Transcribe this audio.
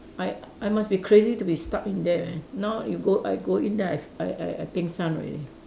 I I must be crazy to be stuck in there now you go I go in then I I I pengsan already